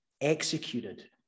executed